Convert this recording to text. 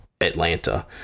atlanta